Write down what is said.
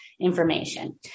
information